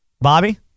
Bobby